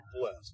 blessed